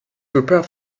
prepare